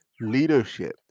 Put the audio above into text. leadership